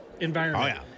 environment